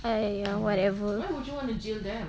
!aiya! whatever